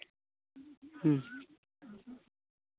ᱦᱮᱸ